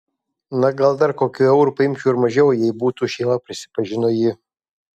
na gal dar kokiu euru paimčiau ir mažiau jeigu būtų šeima prisipažino ji